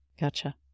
Gotcha